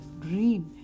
dream